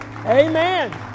Amen